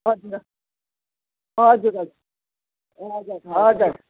हजुर हजुर हजुर हजुर हजुर